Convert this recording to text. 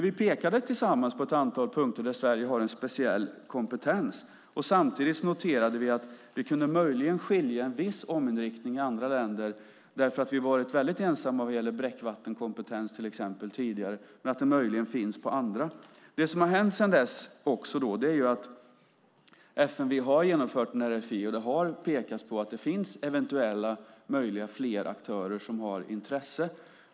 Vi pekade tillsammans på ett antal punkter där Sverige har en speciell kompetens. Samtidigt noterade vi att det möjligen kunde ske en viss omriktning i andra länder, därför att vi har tidigare varit väldigt ensamma vad gäller till exempel bräckvattenkompetens, men möjligen finns kompetens på andra områden. Det som har hänt sedan dess är också att FMV har genomfört en RFI, och det har pekats på att det eventuellt finns flera möjliga aktörer som har intresse.